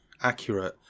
accurate